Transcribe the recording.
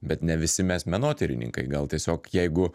bet ne visi mes menotyrininkai gal tiesiog jeigu